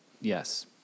Yes